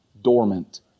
dormant